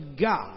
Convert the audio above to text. God